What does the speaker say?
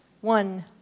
one